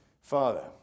Father